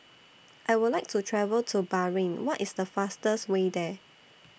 I Would like to travel to Bahrain What IS The fastest Way There